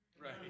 Right